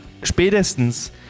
spätestens